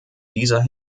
dieser